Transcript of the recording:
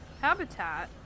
habitat